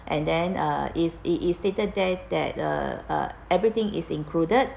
and then uh is it is stated there that uh uh everything is included